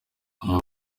bamwe